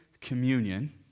communion